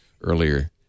earlier